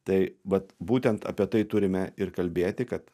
tai vat būtent apie tai turime ir kalbėti kad